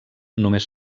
només